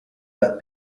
that